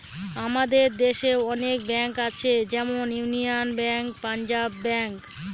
আমাদের দেশে অনেক ব্যাঙ্ক আছে যেমন ইউনিয়ান ব্যাঙ্ক, পাঞ্জাব ব্যাঙ্ক